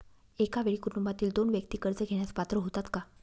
एका वेळी कुटुंबातील दोन व्यक्ती कर्ज घेण्यास पात्र होतात का?